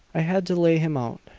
i had to lay him out.